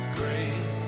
great